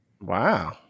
Wow